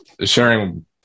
sharing